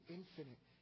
infinite